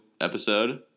episode